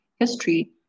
History